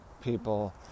people